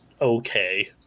okay